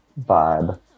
vibe